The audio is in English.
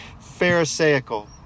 Pharisaical